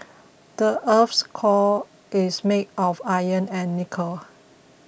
the earth's core is made of iron and nickel